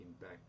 back